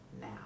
now